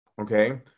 Okay